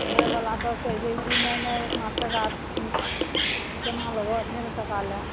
लैवला सब कहै छै कि नहि नहि ओतना टका कोना लेबऽ एतने टका ले